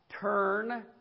turn